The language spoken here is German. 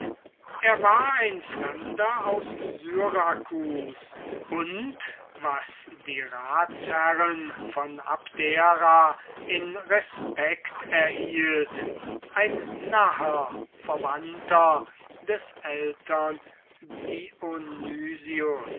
er war ein fremder aus syrakus und was die ratsherren von abdera im respect erhielt ein naher verwandter des ältern